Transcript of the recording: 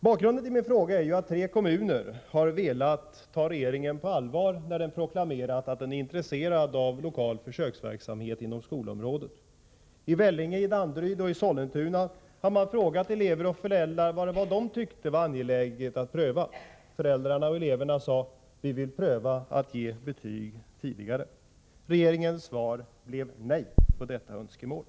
Bakgrunden till min fråga är att tre kommuner har velat ta regeringen på allvar när den proklamerat att den är intresserad av lokal försöksverksamhet inom skolområdet. I Vellinge, Danderyd och Sollentuna har man frågat elever och föräldrar vad de tyckte var angeläget att pröva. Eleverna och föräldrarna sade: Vi vill pröva att ge betyg tidigare. Regeringens svar blev nej när det gäller detta önskemål.